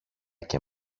και